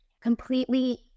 completely